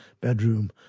bedroom